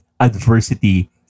Adversity